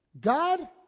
God